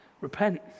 repent